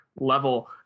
level